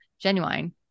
Genuine